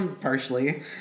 partially